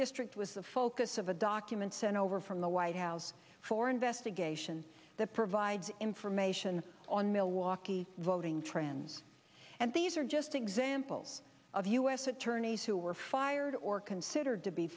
district was the focus of a document sent over from the white house for investigation that provides information on milwaukee voting trends and these are just examples of u s attorneys who were fired or considered to be